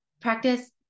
practice